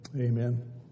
Amen